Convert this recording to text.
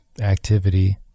activity